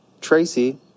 Tracy